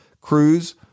Cruz